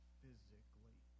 physically